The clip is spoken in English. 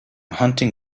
hunting